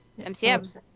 MCM